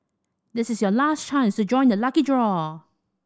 this is your last chance to join the lucky draw